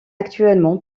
actuellement